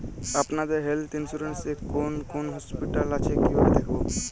আপনাদের health insurance এ কোন কোন হসপিটাল আছে কিভাবে দেখবো?